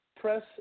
press